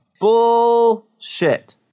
Bullshit